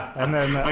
and then